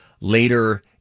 later